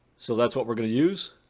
so that's what we're going to use.